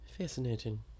Fascinating